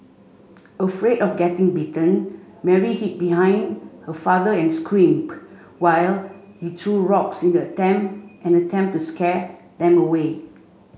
afraid of getting bitten Mary hid behind her father and screamed while he threw rocks in an attempt and attempt to scare them away